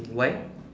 why